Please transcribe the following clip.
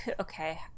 okay